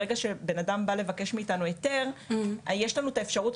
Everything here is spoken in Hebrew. ברגע שבן אדם בא לבקש מאיתנו היתר יש לנו כבר את האפשרות